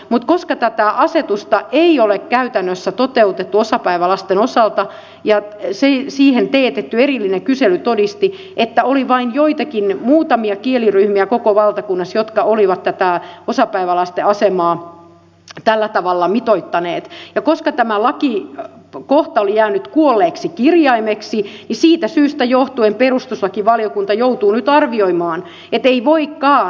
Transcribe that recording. mutta koska tätä asetusta ei ole käytännössä toteutettu osapäivälasten osalta ja siitä teetetty erillinen kysely todisti että oli vain joitakin muutamia kieliryhmiä koko valtakunnassa jotka olivat tätä osapäivälasten asemaa tällä tavalla mitoittaneet ja koska tämä lakikohta oli jäänyt kuolleeksi kirjaimeksi niin siitä syystä johtuen perustuslakivaliokunta joutuu nyt arvioimaan ettei voikaan